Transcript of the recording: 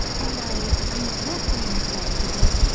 and i i have left the monastery because,